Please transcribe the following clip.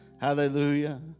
Hallelujah